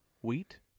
Wheat